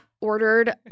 ordered